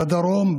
בדרום,